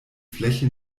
fläche